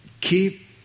Keep